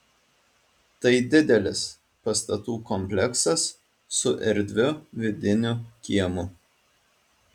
tai didelis pastatų kompleksas su erdviu vidiniu kiemu